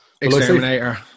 Exterminator